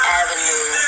avenue